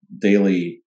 daily